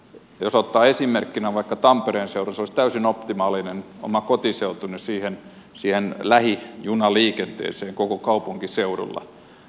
jos ottaa esimerkkinä vaikka tampereen seudun oman kotiseutuni se olisi täysin optimaalinen siihen lähijunaliikenteeseen koko kaupunkiseudulla